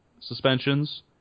suspensions